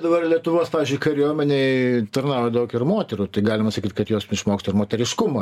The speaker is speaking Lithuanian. dabar lietuvos kariuomenėj tarnauja daug ir moterų tai galima sakyt kad jos išmoksta ir moteriškumo